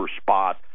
spot